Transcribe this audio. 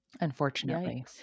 Unfortunately